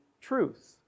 truth